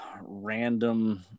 random